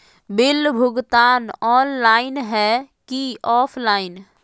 Bill भुगतान online है की ऑफलाइन?